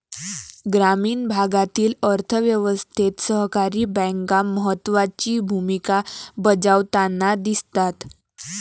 ग्रामीण भागातील अर्थ व्यवस्थेत सहकारी बँका महत्त्वाची भूमिका बजावताना दिसतात